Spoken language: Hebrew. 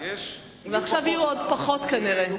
ועכשיו יהיו עוד פחות, כנראה.